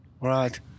Right